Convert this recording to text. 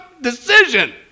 decision